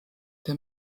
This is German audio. der